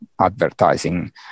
advertising